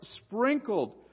sprinkled